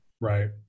Right